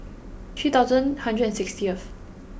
three thousand hundred and sixtieth